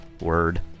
Word